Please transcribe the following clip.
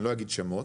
אני לא אגיד שמות,